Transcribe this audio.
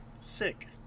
Sick